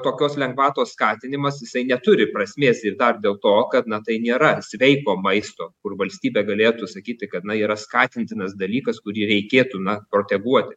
tokios lengvatos skatinimas jisai neturi prasmės ir dar dėl to kad na tai nėra sveiko maisto kur valstybė galėtų sakyti kad na yra skatintinas dalykas kurį reikėtų na proteguoti